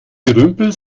gerümpel